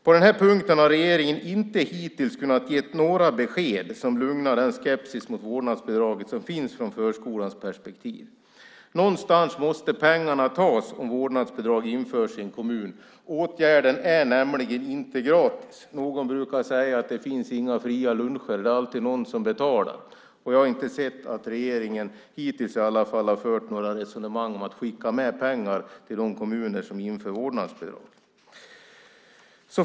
På denna punkt har regeringen hittills inte kunnat ge några besked som lugnar den skepsis mot vårdnadsbidraget som finns från förskolans perspektiv. Någonstans måste pengarna tas om vårdnadsbidrag införs i en kommun. Åtgärden är nämligen inte gratis. Man brukar säga att det inte finns några fria luncher, för det är alltid någon som betalar. Jag har inte sett att regeringen hittills har fört några resonemang om att skicka med pengar till de kommuner som inför vårdnadsbidrag.